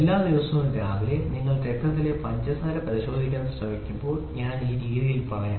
എല്ലാ ദിവസവും രാവിലെ നിങ്ങൾ രക്തത്തിലെ പഞ്ചസാര പരിശോധിക്കാൻ ശ്രമിക്കുമ്പോൾ ഞാൻ ഈ രീതിയിൽ ഇടും